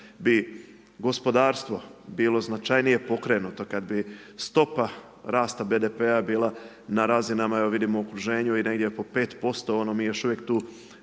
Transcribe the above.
bi gospodarstvo bilo značajnije pokrenuto, kad bi stopa rasta BDP-a bila na razinama, evo vidimo u okruženju i negdje oko 5%, mi još uvijek tu